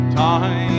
time